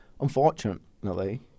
unfortunately